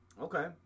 Okay